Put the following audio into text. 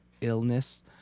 illness